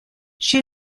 she